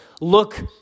look